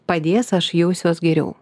padės aš jausiuos geriau